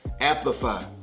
Amplify